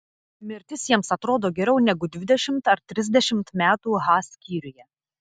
mirtis jiems atrodo geriau negu dvidešimt ar trisdešimt metų h skyriuje